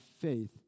faith